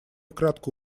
кратко